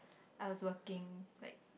I was working like